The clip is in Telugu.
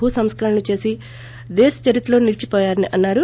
భూ సంస్కరణనలు చేసి దేశ చరిత్రలో నిలీచిపోయారని అన్నారు